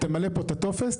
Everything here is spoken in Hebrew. תמלא פה את הטופס,